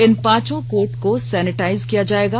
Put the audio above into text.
इन पांचों कोर्ट को सैनिटाइज किया जायेगा